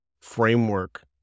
framework